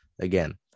again